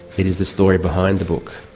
it is the story behind the book.